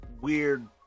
weird